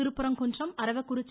Thiruparankundram Aravakurichi